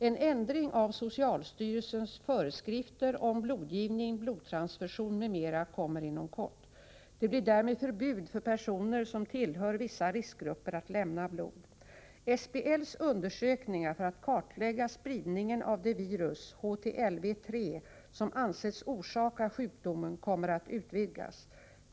En ändring av socialstyrelsens föreskrifter om blodgivning, blodtransfusion m.m. kommer inom kort. Det blir därmed förbud för personer som tillhör vissa riskgrupper att lämna blod. SBL:s undersökningar för att kartlägga spridningen av det virus — HTLV III — som ansetts orsaka sjukdomen kommer att utvidgas.